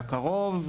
הקרוב,